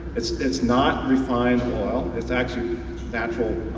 it's it's not refined oil, it's actually natural